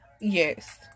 yes